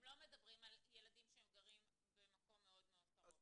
הם לא מדברים על ילדים שהם גרים במקום מאוד קרוב,